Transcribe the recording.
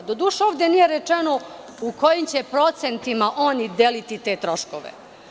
Doduše, ovde nije rečeno u kojim će procentima oni deliti te troškove.